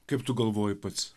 kaip tu galvoji pats